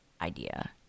idea